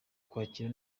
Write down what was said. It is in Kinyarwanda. kwakira